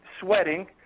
sweating